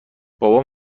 بابام